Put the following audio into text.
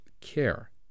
care